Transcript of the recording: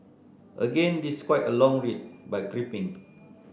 again this quite a long read but gripping